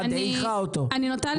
מדעיכה אותו.